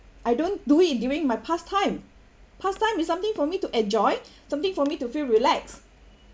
I don't do it during my pastime pastime is something for me to enjoy something for me to feel relaxed